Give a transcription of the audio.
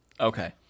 Okay